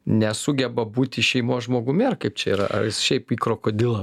nesugeba būti šeimos žmogumi ar kaip čia yra ar jis šiaip į krokodilą